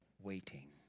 waiting